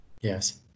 Yes